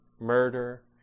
murder